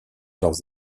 leurs